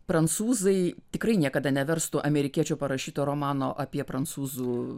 prancūzai tikrai niekada neverstų amerikiečio parašyto romano apie prancūzų